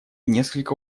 несколько